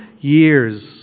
years